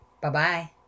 Bye-bye